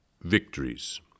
Victories